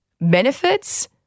benefits